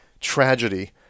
Tragedy